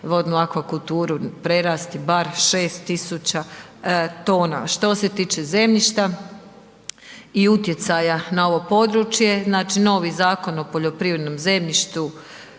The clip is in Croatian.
slatkovodnu akvakulturu, prerasti bar 6000 tona. Što se tiče zemljišta i utjecaja na ovo područje, znači novi Zakon o poljoprivrednom zemljištu